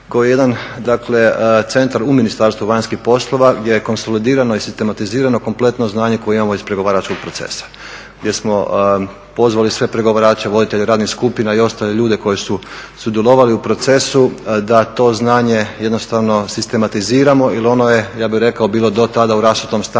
koji je jedan centar u Ministarstvu vanjskih poslova gdje je konsolidirano i sistematizirano kompletno znanje koje imamo iz pregovaračkog procesa gdje smo pozvali sve pregovarače, voditelje radnih skupina i ostale ljude koji su sudjelovali u procesu da to znanje jednostavno sistematiziramo jer ono je ja bih rekao bilo do tada u rasutom stanju